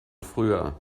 früher